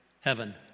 heaven